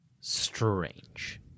strange